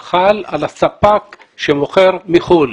חל על הספק שמוכר מחוץ לארץ.